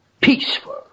peaceful